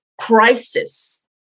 crisis